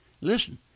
Listen